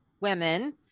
women